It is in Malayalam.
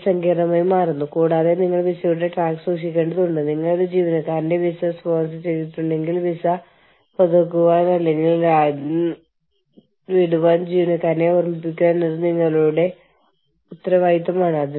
മൾട്ടി നാഷണൽ യൂണിയനുകൾക്കും ഈ മൾട്ടി നാഷണൽ എന്റർപ്രൈസസിനും ഓർഗനൈസേഷനുകൾ മൾട്ടി നാഷണൽ എന്റർപ്രൈസസ് അവരെ ഒന്നുകിൽ പ്രകടമായി അല്ലെങ്കിൽ വളരെ സൂക്ഷ്മമായി ഭീഷണിപ്പെടുത്തുന്നതായി തോന്നുന്നു നിങ്ങൾ ഇത് കുറഞ്ഞ വേതനത്തിന് ചെയ്യുന്നില്ലെങ്കിൽ ഞാൻ പോയി കൂലി വളരെ കുറവുള്ള ഒരു രാജ്യത്ത് ഒരു ഓഫീസ് സ്ഥാപിക്കുകയും അവിടെ നിന്ന് തൊഴിലാളികളെ വാങ്ങുകയും ചെയ്യും എന്ന് പറയുന്നു